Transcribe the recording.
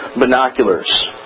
binoculars